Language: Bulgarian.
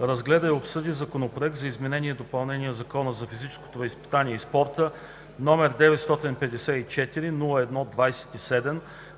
разгледа и обсъди Законопроект за изменение и допълнение на Закона за физическото възпитание и спорта, № 954-01-27,